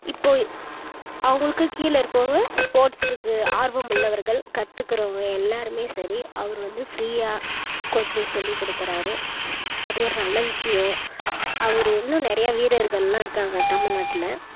இப்போது அவுங்களுக்கும் கீழேருக்கவுங்க ஸ்போர்ட்ஸுக்கு ஆர்வம் உள்ளவர்கள் கத்துக்கிறவுங்க எல்லோருமே சரி அவரு வந்து ஃப்ரீயாக கோச்சிங் சொல்லிக் கொடுக்குறாரு அது ஒரு நல்ல விஷயம் அவரு இன்னும் நிறைய வீரர்கள்லாம் இருக்காங்க தமிழ்நாட்டில்